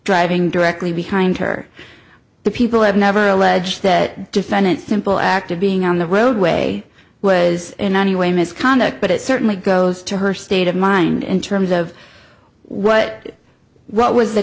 driving directly behind her the people have never alleged that defendant simple act of being on the roadway was in any way misconduct but it certainly goes to her state of mind in terms of what what was the